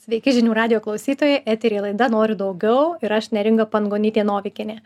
sveiki žinių radijo klausytojai eteryje laida noriu daugiau ir aš neringa pangonytė novikienė